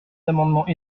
amendements